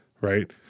right